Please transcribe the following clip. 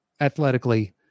athletically